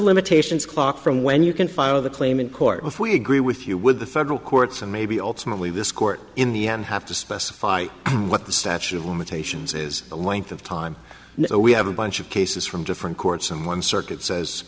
limitations clock from when you can file the claim in court if we agree with you with the federal courts and maybe ultimately this court in the end have to specify what the statute of limitations is a length of time know we have a bunch of cases from different courts and one circuit says